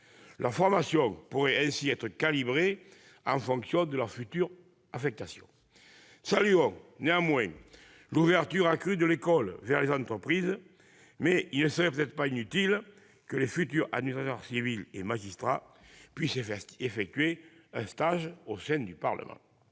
La formation des élèves pourrait ainsi être calibrée en fonction de leur future affectation. Saluons néanmoins l'ouverture accrue de l'École aux entreprises. Cela étant dit, peut-être ne serait-il pas inutile que les futurs administrateurs civils et magistrats puissent effectuer un stage au sein du Parlement